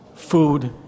food